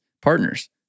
partners